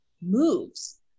moves